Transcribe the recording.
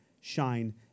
shine